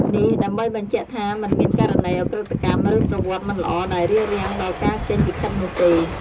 នេះដើម្បីបញ្ជាក់ថាមិនមានករណីឧក្រិដ្ឋកម្ម ឬប្រវត្តិមិនល្អដែលរារាំងដល់ការចេញលិខិតនោះទេ។